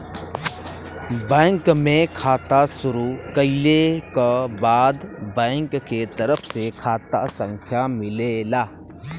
bank में खाता शुरू कइले क बाद बैंक के तरफ से खाता संख्या मिलेला